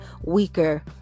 weaker